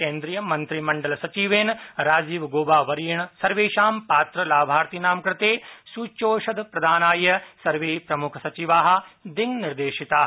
केन्द्रीय मंत्रिमंडल सचिवेन राजीव गोबा वर्येण सर्वेषां पात्र लाभार्थिनां कृते सूच्यौषधप्रदानाय सर्वे प्रमुखसचिवाः दिंग्निर्देशिताः